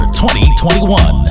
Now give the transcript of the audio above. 2021